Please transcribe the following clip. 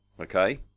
Okay